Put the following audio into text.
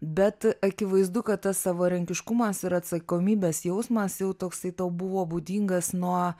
bet akivaizdu kad tas savarankiškumas ir atsakomybės jausmas jau toksai tau buvo būdingas nuo